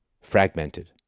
Fragmented